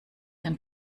den